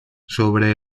sobre